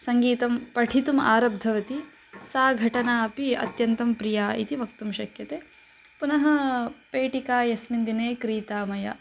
सङ्गीतं पठितुम् आरब्धवती सा घटना अपि अत्यन्तं प्रिया इति वक्तुं शक्यते पुनः पेटिका यस्मिन् दिने क्रीता मया